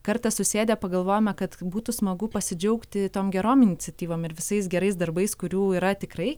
kartą susėdę pagalvojome kad būtų smagu pasidžiaugti tom gerom iniciatyvom ir visais gerais darbais kurių yra tikrai